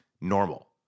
normal